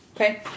okay